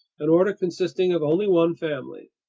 an order consisting of only one family.